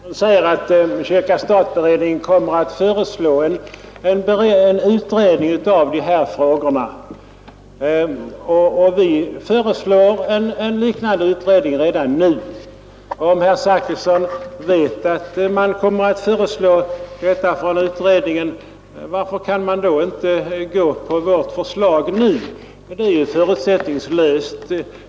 Herr talman! Herr Zachrisson säger att kyrka—stat-beredningen kommer att föreslå en utredning av dessa frågor. Varför kan inte herr Zachrisson biträda vår linje när han vet, att beredningen kommer att lägga fram ett liknande förslag? Vi föreslår ju en förutsättningslös utredning.